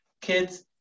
Kids